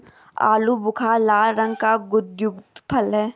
आलू बुखारा लाल रंग का गुदायुक्त फल है